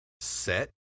set